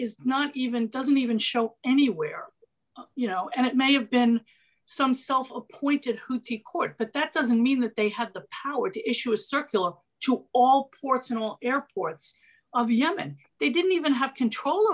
is not even doesn't even show anywhere you know and it may have been some self appointed hooty court but that doesn't mean that they had the power to issue a circular to all courts will airports of yemen they didn't even have control